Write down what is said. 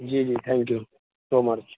جی جی thank you so much